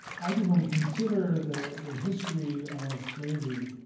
i think when we consider the history of slavery,